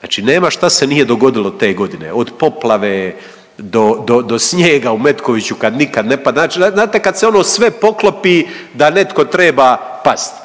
znači nema šta se nije dogodilo te godine od poplave do, do snijega u Metkoviću kad nikad ne pada, znate kad se ono sve poklopi da netko treba pasti,